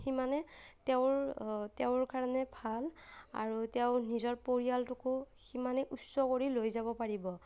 সিমানে তেওঁৰ তেওঁৰ কাৰণে ভাল আৰু তেওঁ নিজৰ পৰিয়ালটোকো সিমানেই উচ্চ কৰি লৈ যাব পাৰিব